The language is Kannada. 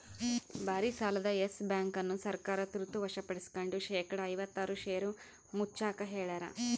ಭಾರಿಸಾಲದ ಯೆಸ್ ಬ್ಯಾಂಕ್ ಅನ್ನು ಸರ್ಕಾರ ತುರ್ತ ವಶಪಡಿಸ್ಕೆಂಡು ಶೇಕಡಾ ಐವತ್ತಾರು ಷೇರು ಮುಚ್ಚಾಕ ಹೇಳ್ಯಾರ